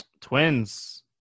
twins